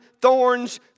thorns